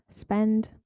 spend